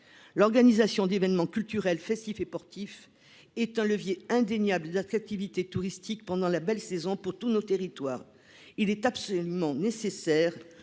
L'organisation d'événements culturels, festifs et sportifs est un levier indéniable d'attractivité touristique pendant la belle saison pour tous nos territoires. Il est donc absolument nécessaire